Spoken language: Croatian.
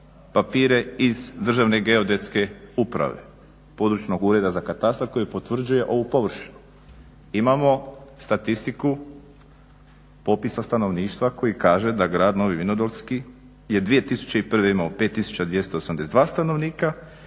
papire iz Državne geodetske uprave, Područnog ureda za katastar koji potvrđuje ovu površinu, imamo statistiku popisa stanovništva koji kaže da Grad Novi vinodolski je 2001. imao 5282 stanovnika,